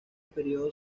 período